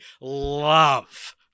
love